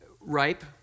ripe